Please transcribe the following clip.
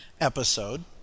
episode